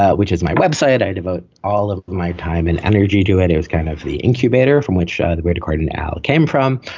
which is my web site, i devote all of my time and energy to it. it was kind of the incubator from which the great accordion out came from.